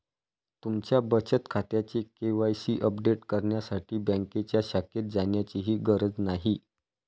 तुमच्या बचत खात्याचे के.वाय.सी अपडेट करण्यासाठी बँकेच्या शाखेत जाण्याचीही गरज नाही